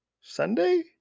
sunday